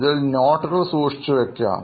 ഇതിൽ നോട്ടുകൾ സൂക്ഷിച്ചുവയ്ക്കാം